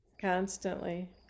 Constantly